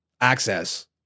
access